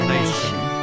nation